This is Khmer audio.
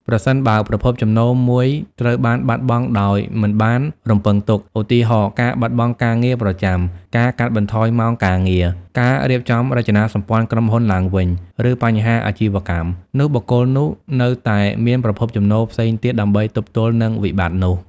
ប្រសិនបើប្រភពចំណូលមួយត្រូវបាត់បង់ដោយមិនបានរំពឹងទុក ឧទាហរណ៍ ការបាត់បង់ការងារប្រចាំ ការកាត់បន្ថយម៉ោងការងារ ការរៀបចំរចនាសម្ព័ន្ធក្រុមហ៊ុនឡើងវិញ ឬបញ្ហាអាជីវកម្ម នោះបុគ្គលនោះនៅតែមានប្រភពចំណូលផ្សេងទៀតដើម្បីទប់ទល់នឹងវិបត្តិនោះ។